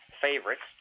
favorites